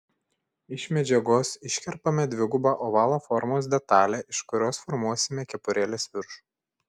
iš medžiagos iškerpame dvigubą ovalo formos detalę iš kurios formuosime kepurėlės viršų